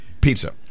pizza